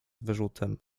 wyrzutem